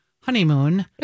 honeymoon